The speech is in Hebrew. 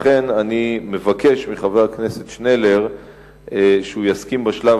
לכן אני מבקש מחבר הכנסת שנלר שיסכים בשלב